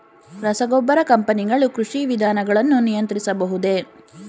ರಸಗೊಬ್ಬರ ಕಂಪನಿಗಳು ಕೃಷಿ ವಿಧಾನಗಳನ್ನು ನಿಯಂತ್ರಿಸಬಹುದೇ?